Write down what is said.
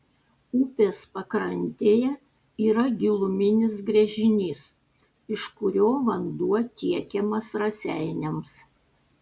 upės pakrantėje yra giluminis gręžinys iš kurio vanduo tiekiamas raseiniams